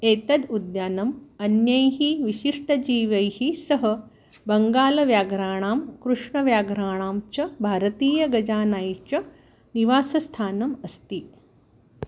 एतद् उद्यानम् अन्यैः विशिष्टजीवैः सह बङ्गालव्याघ्राणां कृष्णव्याघ्राणां च भारतीयगजैः च निवासस्थानम् अस्ति